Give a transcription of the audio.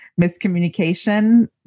miscommunication